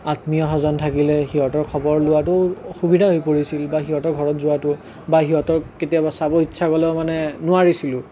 আত্মীয়সজন থাকিলেও সিহঁতৰ খবৰ লোৱাটো অসুবিধা হৈ পৰিছিল বা সিহঁতৰ ঘৰত যোৱাটো বা সিহঁতক কেতিয়াবা চাব ইচ্ছা গ'লেও মানে নোৱাৰিছিলোঁ